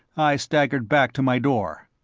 i staggered back to my door.